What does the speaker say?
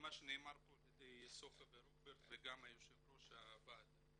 למה שנאמר כאן על ידי סופה ורוברט וגם יו"ר הוועדה.